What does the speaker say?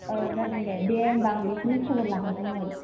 औ जागोन दे दे होमबा आं बेखौनो खबर लाहरदोंमोन